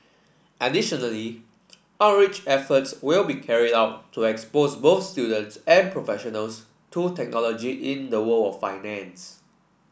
additionally outreach efforts will be carried out to expose both students and professionals to technology in the world of finance